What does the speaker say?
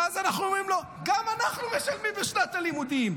ואז אנחנו אומרים לו: גם אנחנו משלמים בשנת הלימודים.